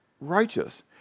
righteous